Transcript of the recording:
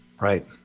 Right